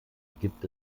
gibt